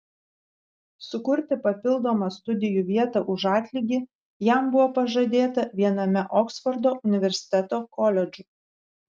sukurti papildomą studijų vietą už atlygį jam buvo pažadėta viename oksfordo universiteto koledžų